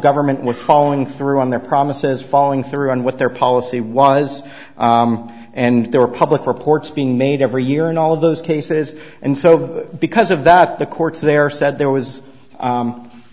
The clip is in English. government was following through on their promises following through on what their policy was and they were public reports being made every year in all of those cases and so because of that the courts there said there was